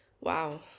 wow